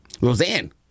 Roseanne